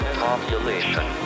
population